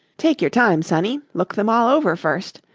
take your time, sonny look them all over first,